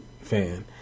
fan